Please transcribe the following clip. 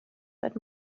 seit